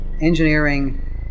engineering